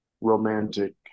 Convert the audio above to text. romantic